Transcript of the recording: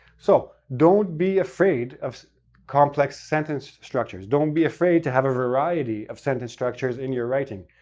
so, don't be afraid of complex sentence structures. don't be afraid to have a variety of sentence structures in your writing.